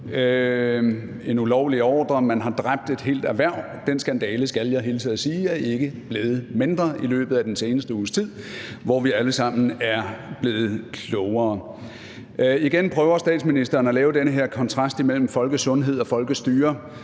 en ulovlig ordre, og man har dræbt et helt erhverv. Den skandale skal jeg hilse og sige ikke er blevet mindre i løbet af den seneste uges tid, hvor vi alle sammen er blevet klogere. Statsministeren prøver igen at lave den her kontrast imellem folkesundhed og folkestyre